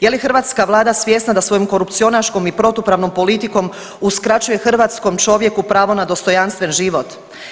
Je li hrvatska vlada svjesna da svojom korupcionaškom i protupravnom politikom uskraćuje hrvatskom čovjeku pravo na dostojanstven život?